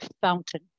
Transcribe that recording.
fountain